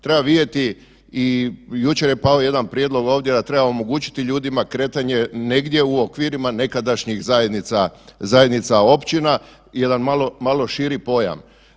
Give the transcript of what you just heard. Treba vidjeti i jučer je pao jedan prijedlog ovdje da treba omogućiti ljudima kretanje negdje u okvirima nekadašnjih zajednica općina, jedan malo širi pojam.